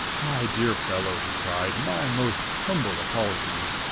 my dear fellow, he cried, my most humble apologies!